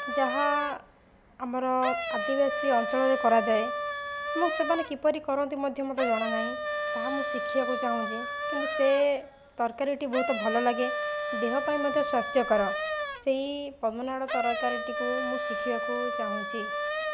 ଯାହା ଆମର ଆଦିବାସୀ ଅଞ୍ଚଳରେ କରଯାଏ ମୁଁ ସେମାନେ କିପରି କରନ୍ତି ମଧ୍ୟ ମୋତେ ଜଣାନାହିଁ ତାହା ମୁଁ ଶିଖିବାକୁ ଚାହୁଁଛି କିନ୍ତୁ ସେ ତରକାରୀଟି ବହୁତ ଭଲ ଲାଗେ ଦେହ ପାଇଁ ମଧ୍ୟ ସ୍ୱାସ୍ଥ୍ୟକର ସେହି ପଦ୍ମନାଡ଼ ତରକାରୀଟିକୁ ମୁଁ ଶିଖିବାକୁ ଚାହୁଁଛି